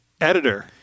editor